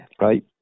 right